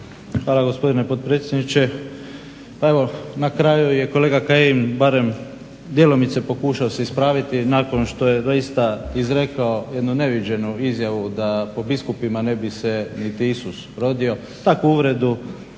Hvala gospodine potpredsjedniče. Pa evo na kraju je kolega Kajin barem djelomice pokušao se ispraviti nakon što je doista izrekao jednu neviđenu izjavu da po biskupima ne bi se niti Isus rodio. Takvu uvredu